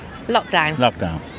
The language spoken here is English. Lockdown